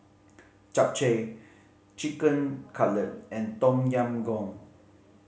Japchae Chicken Cutlet and Tom Yam Goong